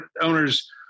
owners